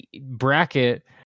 bracket